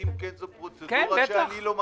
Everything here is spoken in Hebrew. כי אם כן, זאת פרוצדורה שאני לא מכיר.